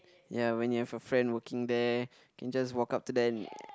ya when you have a friend working there can just walk up to them